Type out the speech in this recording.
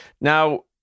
Now